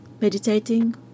meditating